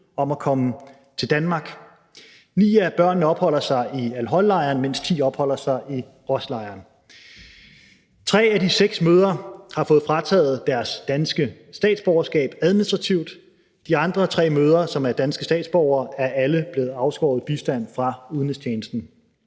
om at komme til Danmark. 9 af børnene opholder sig i al-Hol-lejren, mens 10 opholder sig i al-Roj-lejren. 3 af de 6 mødre har fået frataget deres danske statsborgerskab administrativt. De andre 3 mødre, som er danske statsborgere, er alle blevet afskåret bistand fra udenrigstjenesten.